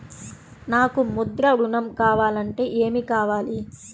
నాకు ముద్ర ఋణం కావాలంటే ఏమి కావాలి?